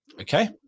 Okay